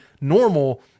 normal